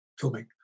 filming